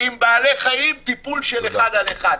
עם בעלי חיים, טיפול של אחד על אחד.